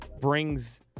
brings